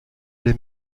l’ai